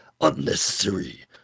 unnecessary